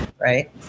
right